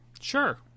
Sure